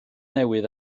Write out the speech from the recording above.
newydd